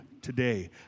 today